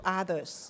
others